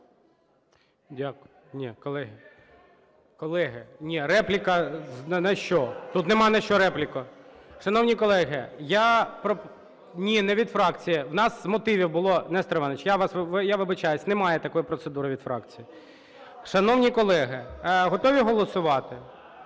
Ні, колеги… Колеги, ні. Репліка на що? Тут немає на що репліку. Шановні колеги, я… Ні, не від фракції. У нас з мотивів було… Нестор Іванович, я вибачаюсь, немає такої процедури - від фракції. Шановні колеги, готові голосувати?